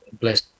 bless